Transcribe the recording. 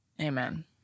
Amen